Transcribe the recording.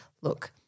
Look